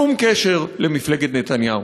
שום קשר למפלגת נתניהו.